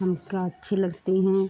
हमको अच्छे लगते हैं